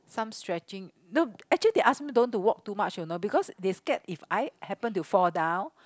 some stretching no actually they ask me don't want to walk too much you know because they scare if I happened to fall down